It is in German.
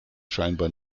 scheinbar